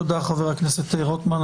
תודה, חבר הכנסת רוטמן.